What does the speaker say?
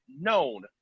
known